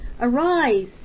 arise